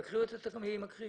"תקנות מס הכנסה